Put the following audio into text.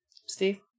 Steve